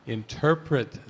interpret